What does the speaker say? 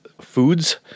foods